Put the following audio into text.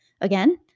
again